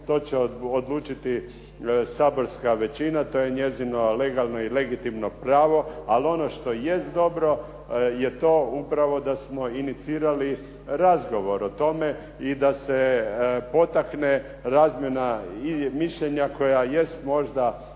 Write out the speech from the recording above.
to će odlučiti saborska većina, to je njezino legalno i legitimno pravo. Ali ono što jest dobro je to upravo da smo inicirali razgovor o tome i da se potakne razmjena mišljenja koja jest možda